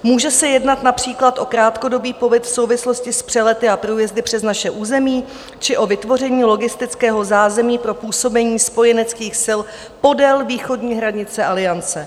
Může se jednat například o krátkodobý pobyt v souvislosti s přelety a průjezdy přes naše území či o vytvoření logistického zázemí pro působení spojeneckých sil podél východní hranice Aliance.